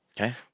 Okay